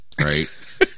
right